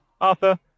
Arthur